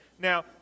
Now